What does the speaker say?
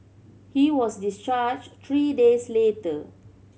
he was discharged three days later